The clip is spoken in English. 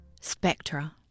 Spectra